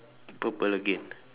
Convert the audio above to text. purple again